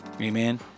Amen